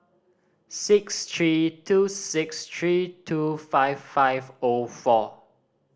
six three two six three two five five O four